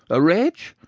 a wretch,